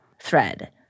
thread